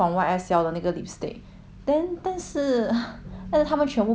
then 但是但是他们全部抱起来你知道吗用那个什么